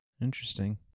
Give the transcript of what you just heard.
Interesting